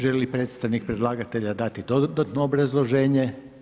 Želi li predstavnik predlagatelja dati dodatno obrazloženje?